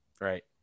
Right